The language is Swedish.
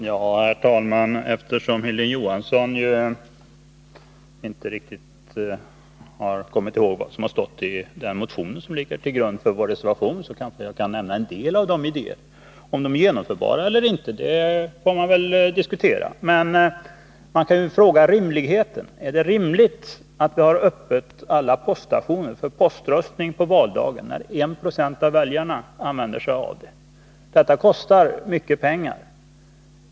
Herr talman! Eftersom Hilding Johansson ju inte riktigt kom ihåg vad som står i den motion som ligger till grund för vår reservation, kan jag kanske få nämna något om de idéer som där förs fram. Om de är genomförbara eller inte får man väl diskutera, men man kan bedöma deras rimlighet. Är det rimligt att alla poststationer är öppna för poströstning på valdagen, trots att bara 1726 av väljarna använder denna möjlighet? Detta kostar mycket pengar.